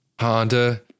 Honda